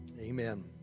Amen